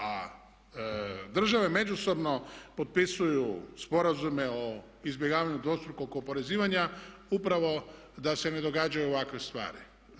A države međusobno potpisuju sporazume o izbjegavanju dvostrukog oporezivanja upravo da se ne događaju ovakve stvari.